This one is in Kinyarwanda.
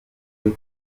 wari